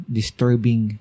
disturbing